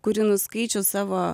kurį nuskaičius savo